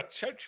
Church